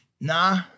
Nah